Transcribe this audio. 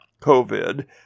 COVID